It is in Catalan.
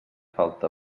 falta